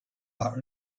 are